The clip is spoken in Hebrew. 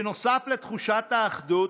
בנוסף לתחושת האחדות,